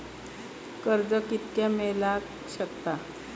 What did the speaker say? कर्ज कितक्या मेलाक शकता?